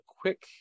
quick